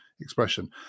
expression